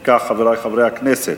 אם כך, חברי חברי הכנסת,